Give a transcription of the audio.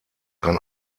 kann